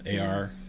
AR